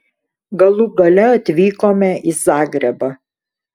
galų gale atvykome į zagrebą